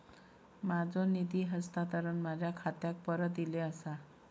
माझो निधी हस्तांतरण माझ्या खात्याक परत इले आसा